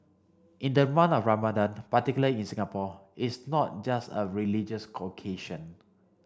in the month of Ramadan particularly in Singapore is not just a religious occasion